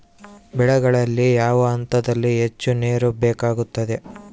ಬೆಳೆಗಳಿಗೆ ಯಾವ ಹಂತದಲ್ಲಿ ಹೆಚ್ಚು ನೇರು ಬೇಕಾಗುತ್ತದೆ?